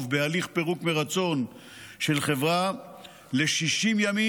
בהליך פירוק מרצון של חברה ל-60 ימים,